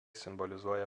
simbolizuoja